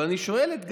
אבל אני שואל את גנץ,